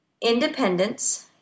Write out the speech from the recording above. independence